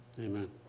Amen